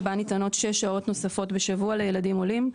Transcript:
שבה ניתנות 6 שעות נוספות בשבוע לילדים עולים.